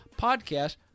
podcast